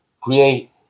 create